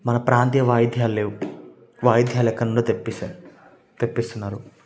మన ప్రాంతీయ వాయిద్యాలు లేవు వాయిద్యాలు ఎక్కడనుండో తెప్పిస్తారు తెప్పిస్తున్నారు